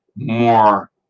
More